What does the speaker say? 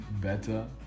better